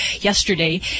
yesterday